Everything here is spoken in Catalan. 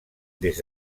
des